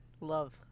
love